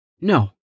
No